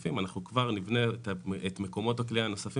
נוספים אנחנו כבר נבנה את מקומות הכליאה הנוספים